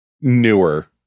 newer